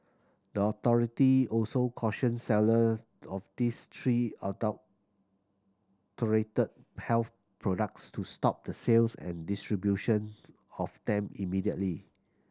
the authority also cautioned seller of these three adulterated health products to stop the sales and distribution of them immediately